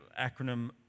acronym